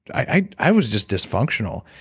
i i was just dysfunctional.